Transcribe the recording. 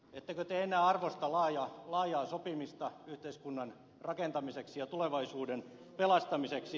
ettekö te enää arvosta laajaa sopimista yhteiskunnan rakentamiseksi ja tulevaisuuden pelastamiseksi